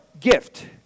gift